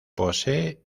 posee